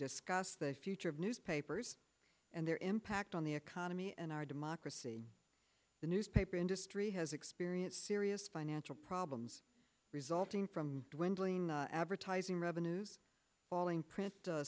discuss the future of newspapers and their impact on the economy and our democracy the newspaper industry has experienced serious financial problems resulting from dwindling advertising revenues falling print